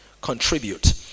Contribute